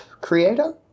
Creator